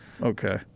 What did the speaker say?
Okay